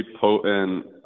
potent